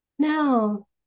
No